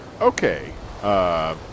Okay